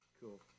Cool